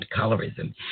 colorism